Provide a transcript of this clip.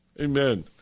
Amen